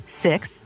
six